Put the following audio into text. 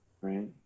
right